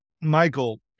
michael